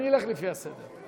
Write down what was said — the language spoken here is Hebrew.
אני אלך לפי הסדר.